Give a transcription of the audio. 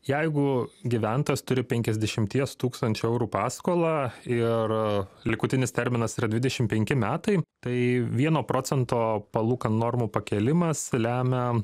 jeigu gyventojas turi penkiasdešimties tūkstančių eurų paskolą ir likutinis terminas yra dvidešim penki metai tai vieno procento palūkanų normų pakėlimas lemia